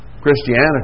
Christianity